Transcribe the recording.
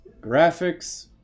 Graphics